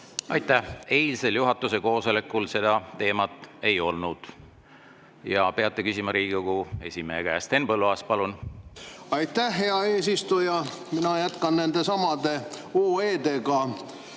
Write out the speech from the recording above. Aitäh! Eilsel juhatuse koosolekul seda teemat ei olnud. Peate küsima Riigikogu esimehe käest. Henn Põlluaas, palun! Aitäh, hea eesistuja! Ma jätkan nendesamade OE‑dega.